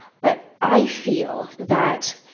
but i feel that